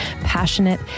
passionate